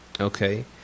okay